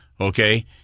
okay